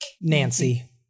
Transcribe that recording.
Nancy